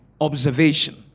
observation